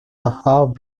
half